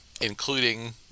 including